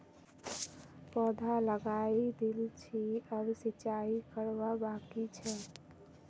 पौधा लगइ दिल छि अब सिंचाई करवा बाकी छ